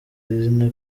izina